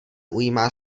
ujímá